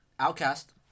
Outcast